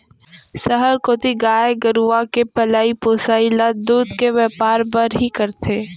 सहर कोती गाय गरू के पलई पोसई ल दूद के बैपार बर ही करथे